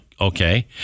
okay